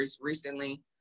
recently